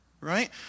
Right